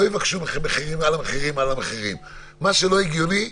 לא יבקשו מכם מחירים על המחירים על המחירים מה שלא הגיוני,